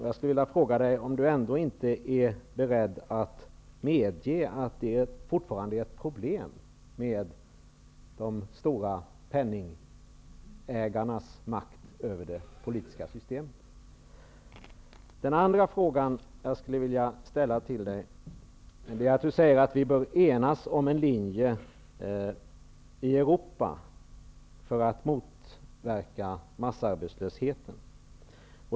Jag skulle vilja fråga om du ändå inte är beredd att medge att de stora penningägarnas makt över det politiska systemet fortfarande är ett problem. Den andra fråga som jag skulle vilja ställa rör det du säger om att vi bör enas om en linje i Europa för att motverka massarbetslösheten.